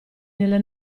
nelle